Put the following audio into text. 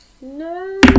No